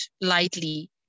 lightly